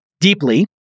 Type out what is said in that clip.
deeply